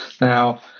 Now